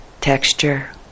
texture